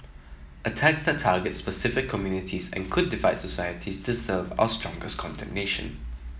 attacks that target specific communities and could divide societies deserve our strongest condemnation